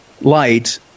light